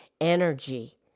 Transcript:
energy